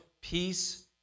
peace